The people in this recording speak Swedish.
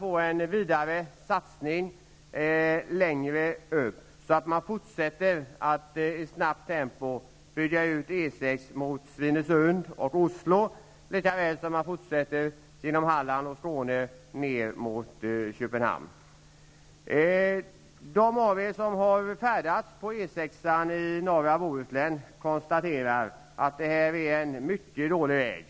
Sedan hoppas vi på en satsning längre uppåt också, dvs. att man skall fortsätta med att i snabbt tempo bygga ut E 6:an i riktning mot Svinesund och Oslo liksom sträckan genom Halland och Skåne ner mot Köpenhamn. De av er här som har färdats på E 6:an i norra Bohuslän kan konstatera att det är fråga om en mycket dålig väg.